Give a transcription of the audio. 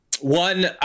One